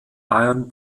ian